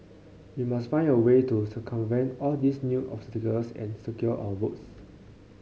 we must find a way to circumvent all these new obstacles and secure our votes